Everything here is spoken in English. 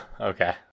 Okay